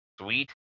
sweet